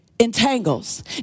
entangles